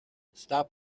stop